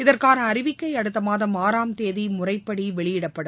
இதற்னன அறிவிக்கை அடுத்தமாதம் ஆறாம் தேதி முறைப்படி வெளியிடப்படும்